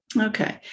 Okay